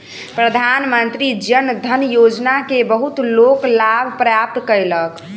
प्रधानमंत्री जन धन योजना के बहुत लोक लाभ प्राप्त कयलक